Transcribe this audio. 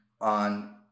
on